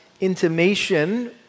intimation